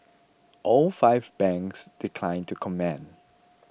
all five banks declined to comment